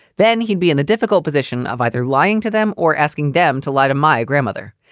then he'd be in a difficult position of either lying to them or asking them to lie to my grandmother.